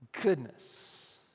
goodness